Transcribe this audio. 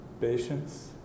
patience